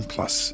Plus